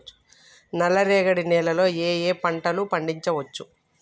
నల్లరేగడి నేల లో ఏ ఏ పంట లు పండించచ్చు?